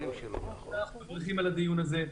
אנחנו מברכים על הדיון הזה,